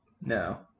No